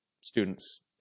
students